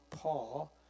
Paul